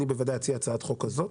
אני בוודאי אציע הצעת חוק כזאת,